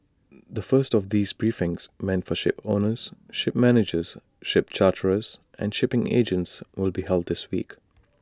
the first of these briefings meant for shipowners ship managers ship charterers and shipping agents will be held this week